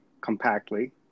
compactly